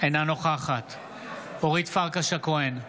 אינה נוכחת אורית פרקש הכהן,